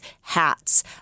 hats